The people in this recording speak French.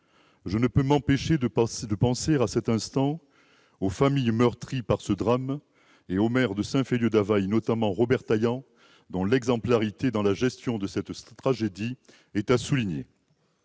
Je ne peux m'empêcher de penser, en cet instant, aux familles meurtries par ce drame et au maire de Saint-Féliu-d'Avall, Robert Taillant, dont l'exemplarité face à cette tragédie est à souligner.